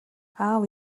аав